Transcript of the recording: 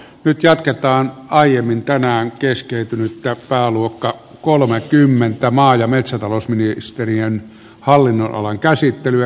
nyt jatketaan aiemmin tänään keskeytynyttä pääluokka kolmekymmentä maa ja metsätalousministeriön hallinnonalan käsittelyä